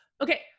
okay